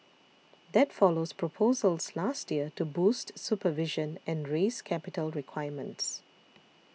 that follows proposals last year to boost supervision and raise capital requirements